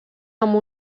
amb